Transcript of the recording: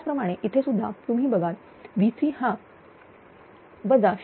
त्याच प्रमाणे इथे सुद्धा तुम्ही बघाल तर V3 हा 0